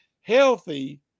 healthy